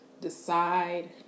decide